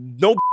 No